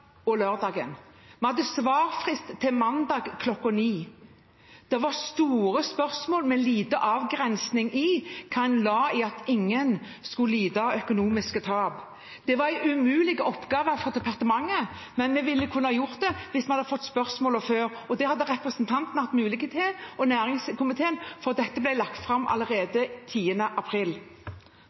Vi hadde svarfrist til mandag kl. 9. Det var store spørsmål med liten avgrensning i hva en la i at ingen skulle lide økonomiske tap. Det var en umulig oppgave for departementet, men vi kunne ha gjort det hvis vi hadde fått spørsmålene før. Det hadde representanten og næringskomiteen hatt mulighet til, for dette ble lagt fram